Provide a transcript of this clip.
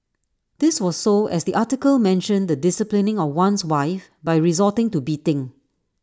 this was so as the article mentioned the disciplining of one's wife by resorting to beating